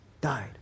died